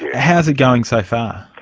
how's it going so far?